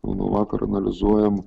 jau nuo vakar analizuojam